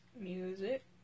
Music